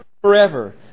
forever